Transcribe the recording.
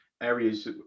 areas